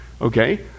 okay